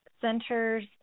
centers